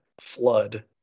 flood